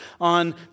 on